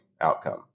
outcome